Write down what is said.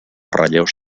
relleus